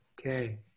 Okay